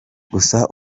gusa